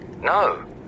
No